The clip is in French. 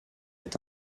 est